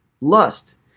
lust